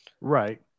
Right